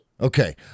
Okay